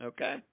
Okay